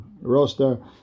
roaster